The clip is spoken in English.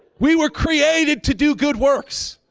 we were created to do good works.